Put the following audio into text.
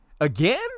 again